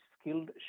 skilled